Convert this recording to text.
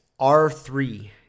R3